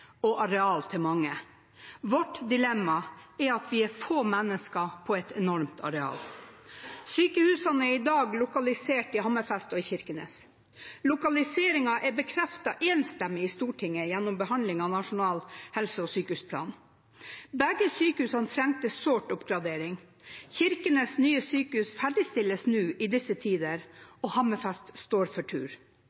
og areal til mange. Vårt dilemma er at vi er få mennesker på et enormt areal. Sykehusene er i dag lokalisert til Hammerfest og Kirkenes. Lokaliseringen er bekreftet enstemmig i Stortinget gjennom behandlingen av Nasjonal helse- og sykehusplan. Begge sykehusene trengte sårt oppgradering. Kirkenes’ nye sykehus ferdigstilles i disse tider,